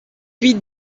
huit